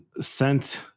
sent